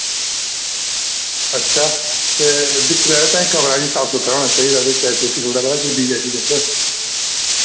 अच्छा ते दिक्खी लैयो पं कमरा इय्यां साफ सुथरा होना चाहिदा ते शैल पता केह् बीआईपी